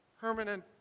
permanent